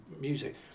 music